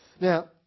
Now